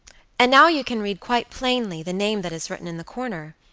and now you can read quite plainly the name that is written in the corner.